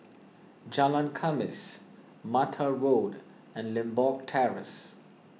Jalan Khamis Mata Road and Limbok Terrace